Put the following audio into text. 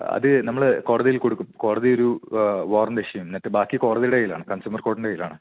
അത് നമ്മൾ കോടതിയിൽ കൊടുക്കും കോടതിയൊരു വാറൻറ്റ് ഇഷ്യു ചെയ്യും എന്നിട്ട് ബാക്കി കോടതിയുടെ കയ്യിലാണ് കൺസ്യൂമർ കോർട്ടിൻ്റെ കയ്യിലാണ്